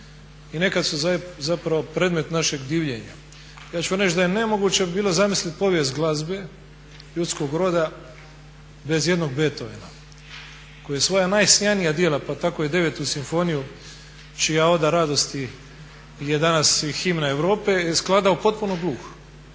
i nekad su zapravo predmet našeg divljenja. Ja ću reći da bi nemoguće bilo zamislit povijest glazbe ljudskog roda bez jednog Bethoveena koji je svoja najsjajnija djela pa tako i 9. simfoniju čija Oda radosti je danas i himna Europe, je skladao potpuno gluh.